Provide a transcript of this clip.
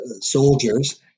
soldiers